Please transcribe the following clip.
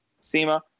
Sema